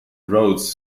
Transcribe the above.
rhodes